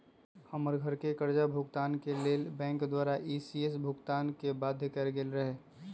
हमर घरके करजा भूगतान के लेल बैंक द्वारा इ.सी.एस भुगतान के बाध्य कएल गेल रहै